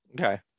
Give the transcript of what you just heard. Okay